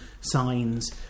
signs